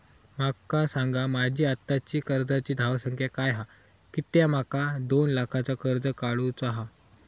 माका सांगा माझी आत्ताची कर्जाची धावसंख्या काय हा कित्या माका दोन लाखाचा कर्ज काढू चा हा?